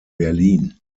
berlin